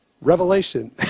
revelation